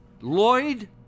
Lloyd